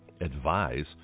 advise